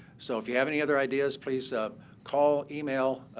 so if you have any other ideas, please um call, email,